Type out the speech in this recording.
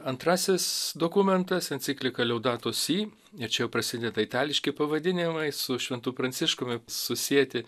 antrasis dokumentas enciklika liaudatus si ne čia prasideda itališki pavadinimai su šventu pranciškumi susieti